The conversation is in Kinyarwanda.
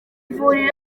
vuriro